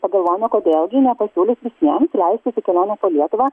pagalvojome kodėl gi nepasiūlius visiems leistis į kelionę po lietuvą